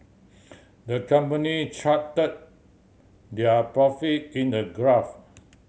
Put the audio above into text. the company charted their profit in a graph